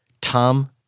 Tom